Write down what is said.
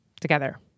together